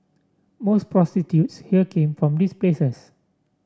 most prostitutes here came from these places